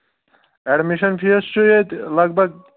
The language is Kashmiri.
اٮ۪ڈمِشَن فیٖس چھُ ییٚتہِ لگ بگ